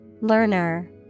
Learner